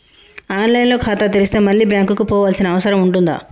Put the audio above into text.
On line లో ఖాతా తెరిస్తే మళ్ళీ బ్యాంకుకు పోవాల్సిన అవసరం ఉంటుందా?